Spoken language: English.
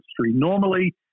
Normally